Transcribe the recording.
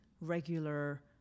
regular